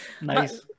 nice